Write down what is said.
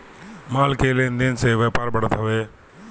माल के लेन देन से व्यापार बढ़त हवे